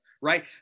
right